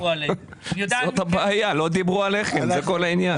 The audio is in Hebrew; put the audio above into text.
זאת הבעיה, לא דיברו עליכם, זה כל העניין.